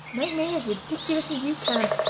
make me as ridiculous as you can,